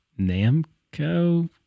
Namco